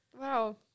Wow